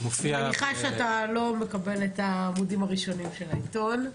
אני מניחה שאתה לא מקבל את העמודים הראשונים של העיתון.